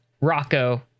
rocco